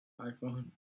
iPhone